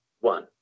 one